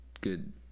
good